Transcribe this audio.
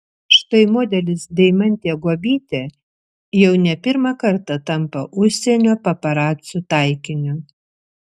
štai modelis deimantė guobytė jau ne pirmą kartą tampa užsienio paparacių taikiniu